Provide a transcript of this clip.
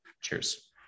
Cheers